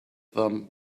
them